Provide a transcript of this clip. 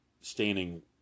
standing